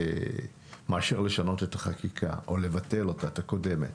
מאשר לשנות את החקיקה הקודמת או לבטל אותה.